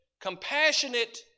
compassionate